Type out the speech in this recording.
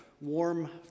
warm